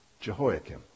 Jehoiakim